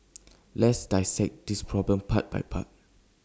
let's dissect this problem part by part